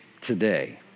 today